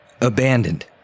abandoned